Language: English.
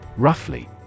Roughly